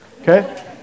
okay